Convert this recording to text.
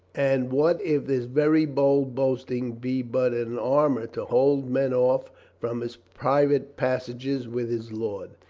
and what if this very bold boasting be but an armor to hold men off from his private passages with his lord?